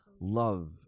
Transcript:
love